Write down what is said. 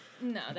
No